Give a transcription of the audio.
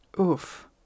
Oof